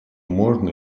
можно